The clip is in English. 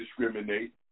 discriminate